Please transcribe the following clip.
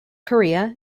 korea